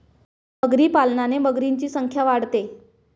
मगरी पालनाने मगरींची संख्या वाढते